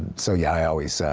so, yeah, i always.